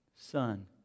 Son